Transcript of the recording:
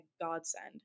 godsend